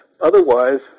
otherwise